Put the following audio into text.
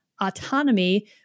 Autonomy